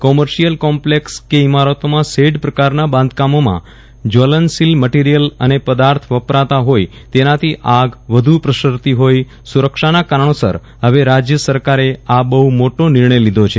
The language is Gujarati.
કોમર્શિયલ કોમ્પલેક્ષ કે ઇમારતોમાં શેડ પ્રકારના બાંધકામોમાં જ્વલનશીલ મટિરીયલ અને પદાર્થ વપરાતાં જીઇ તેનાથી આગ વધુ પ્રસરતી જીઇ સુરક્ષાના કારણોસર જવે રાજ્ય સરકારે આ બફ મોટો નિર્ણય લીધો છે